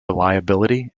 reliability